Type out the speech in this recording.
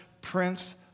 Prince